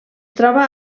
troba